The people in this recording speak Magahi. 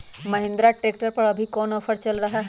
महिंद्रा ट्रैक्टर पर अभी कोन ऑफर चल रहा है?